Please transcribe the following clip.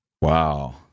Wow